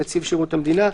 נציב שירות המדינה,